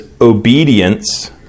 obedience